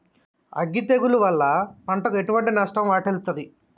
అగ్గి తెగులు వల్ల పంటకు ఎటువంటి నష్టం వాటిల్లుతది?